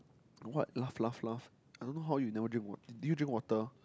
what laugh laugh laugh I don't know how you never drink water did you drink water